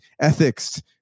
ethics